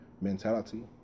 mentality